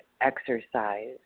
exercise